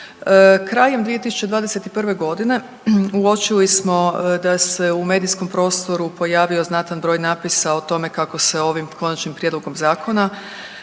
Krajem 2021. g. uočili smo da se u medijskom prostoru pojavio znatan broj napisa o tome kako se ovim Konačnim prijedlogom zakona